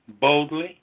boldly